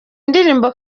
ndirimbo